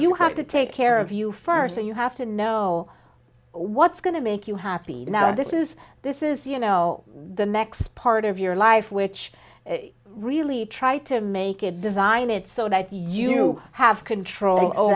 you have to take care of you first and you have to know what's going to make you happy that this is this is you know the next part of your life which really try to make it design it so that you have control over